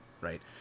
right